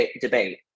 debate